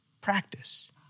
practice